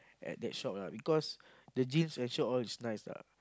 at that shop lah because the jeans at that shop all just nice lah